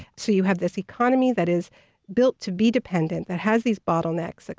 so you have this economy that is built to be dependent, that has these bottlenecks, like